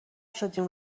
شدیم